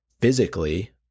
physically